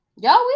y'all